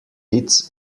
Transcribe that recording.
it’s